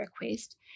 request